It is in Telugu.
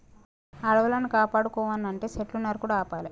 అడవులను కాపాడుకోవనంటే సెట్లును నరుకుడు ఆపాలి